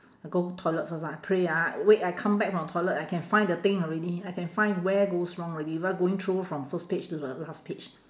I go toilet first ah pray ah wait I come back from toilet I can find the thing already I can find where goes wrong already without going through from the first page to the last page